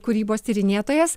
kūrybos tyrinėtojas